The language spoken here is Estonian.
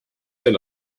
sel